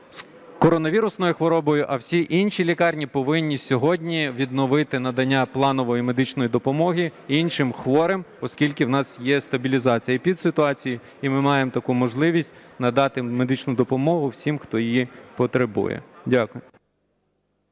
з коронавірусною хворобою, а всі інші лікарні повинні сьогодні відновити надання планової медичної допомоги іншим хворим, оскільки в нас є стабілізація, і під ситуацію і ми маємо таку можливість надати медичну допомогу всім, хто її потребує. Дякую.